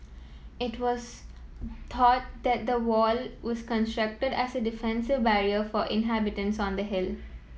it was thought that the wall was constructed as defensive barrier for inhabitants on the hill